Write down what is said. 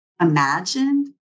imagined